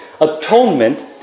Atonement